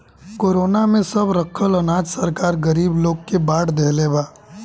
corona में सब रखल अनाज सरकार गरीब लोग के बाट देहले बा